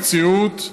זו המציאות,